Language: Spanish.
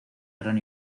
gran